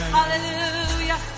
Hallelujah